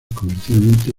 comercialmente